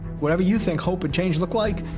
whatever you think hope and change look like,